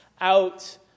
out